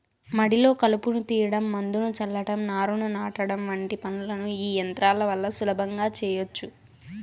మడిలో కలుపును తీయడం, మందును చల్లటం, నారును నాటడం వంటి పనులను ఈ యంత్రాల వల్ల సులభంగా చేయచ్చు